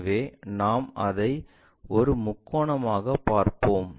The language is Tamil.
எனவே நாம் அதை ஒரு முக்கோணமாக பார்ப்போம்